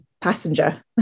passenger